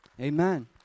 Amen